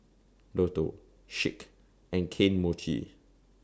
Lotto Schick and Kane Mochi